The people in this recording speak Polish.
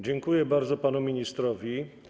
Dziękuję bardzo panu ministrowi.